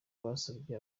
basabye